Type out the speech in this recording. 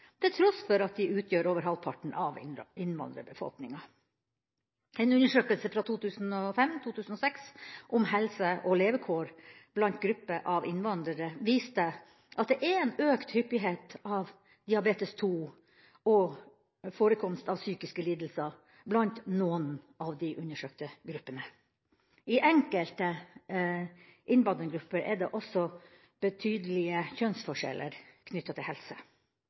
til tross for at de utgjør over halvparten av innvandrerbefolkninga. En undersøkelse fra 2005/2006 om helse og levekår blant grupper av innvandrere viste at det er en økt hyppighet av diabetes type 2 og høyere forekomst av psykiske lidelser blant noen av de undersøkte gruppene. I enkelte innvandrergrupper er det også betydelige kjønnsforskjeller knyttet til helse.